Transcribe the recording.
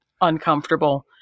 uncomfortable